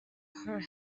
her